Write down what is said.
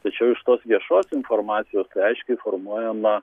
tačiau iš tos viešos informacijos reiškia formuojama